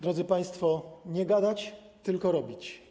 Drodzy państwo, nie gadać, tylko robić.